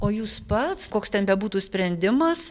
o jūs pats koks ten bebūtų sprendimas